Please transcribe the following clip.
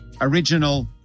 original